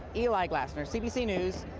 eli glasner, cbc news,